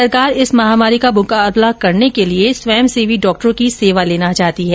सरकार इस महामारी का मुकाबला करने के लिए स्वंयसेवी डॉक्टरों की सेवा लेना चाहती है